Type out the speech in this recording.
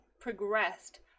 progressed